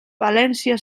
valència